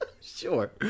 sure